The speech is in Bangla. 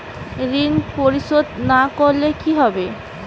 ঋণ পরিশোধ না করলে কি হবে?